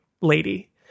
lady